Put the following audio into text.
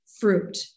fruit